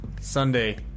Sunday